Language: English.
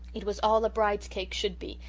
it was all a bride's cake should be,